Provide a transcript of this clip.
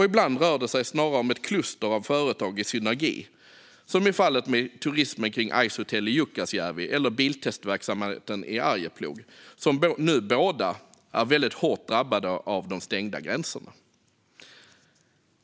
Ibland rör det sig snarare om ett kluster av företag i synergi, som i fallet med turismen kring Icehotel i Jukkasjärvi eller biltestverksamheten i Arjeplog som nu båda är väldigt hårt drabbade av de stängda gränserna.